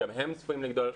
גם הם צפויים לגדול.